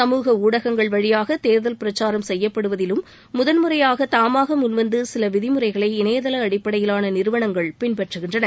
சமூக ஊடகங்கள் வழியாக தேர்தல் பிரச்சாரம் செய்யப்படுவதிலும் முதன்முறையாக தாமாக முன்வந்து சில விதிமுறைகளை இணையதள அடிப்படையிலான நிறுவனங்கள் பின்பற்றுகின்றன